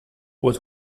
was